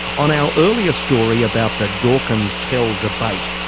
on our earlier story about the dawkins-pell debate,